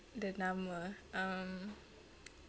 the nama um